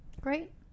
Great